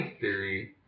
theory